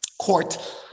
court